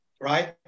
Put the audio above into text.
right